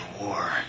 war